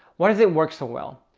what does it work so well?